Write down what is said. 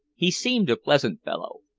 he seemed a pleasant fellow,